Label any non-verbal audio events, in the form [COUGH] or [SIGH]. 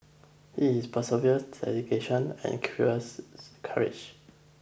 it is perseverance dedication [UNINTELLIGIBLE] curiosity and courage